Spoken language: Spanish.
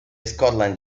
scotland